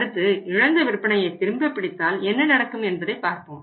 அடுத்து இழந்த விற்பனையை திரும்ப பிடித்தால் என்ன நடக்கும் என்பதை பார்ப்போம்